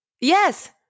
yes